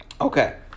Okay